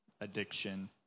addiction